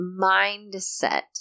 mindset